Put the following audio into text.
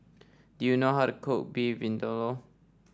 do you know how to cook Beef Vindaloo